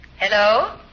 Hello